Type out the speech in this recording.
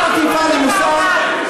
את מטיפה לי מוסר?